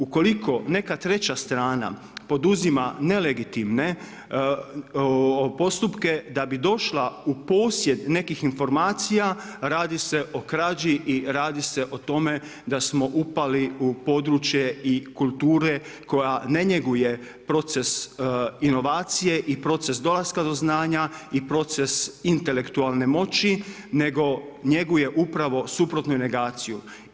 Ukoliko neka treća strana poduzima nelegitimne postupke da bi došla u posjed nekih informacija radi se o krađi i radi se o tome da smo upali u područje i kulture koja ne njeguje proces inovacije i proces dolaska do znanja, i proces intelektualne moći nego njeguje upravo suprotnu negaciju.